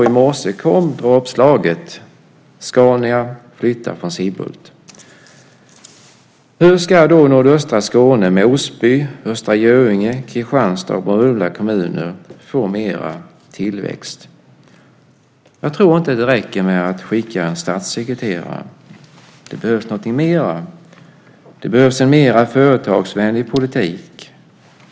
I morse kom dråpslaget. Skania flyttar från Sibbhult. Hur ska nordöstra Skåne med Osby, Östra Göinge, Kristianstad och Bromölla kommuner få mer tillväxt? Jag tror inte att det räcker att skicka en statssekreterare. Det behövs någonting mer. Det behövs en mer företagsvänlig politik.